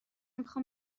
میخوام